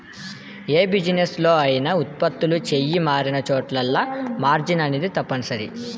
యే బిజినెస్ లో అయినా ఉత్పత్తులు చెయ్యి మారినచోటల్లా మార్జిన్ అనేది తప్పనిసరి